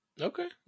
Okay